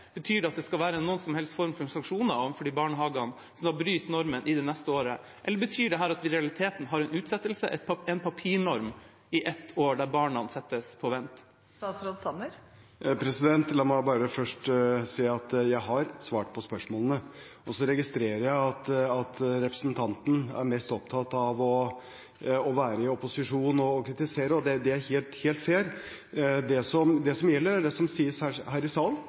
Betyr det at det skal være noen form for sanksjoner overfor barnehager som bryter normen i det neste året, eller betyr dette at vi i realiteten har en utsettelse, en papirnorm, i ett år – der barna settes på vent? La meg bare først si at jeg har svart på spørsmålene. Så registrerer jeg at representanten Henriksen er mest opptatt av å være i opposisjon og å kritisere, og det er helt fair. Det som gjelder, er det som sies her i salen.